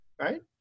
right